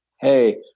hey